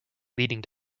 leading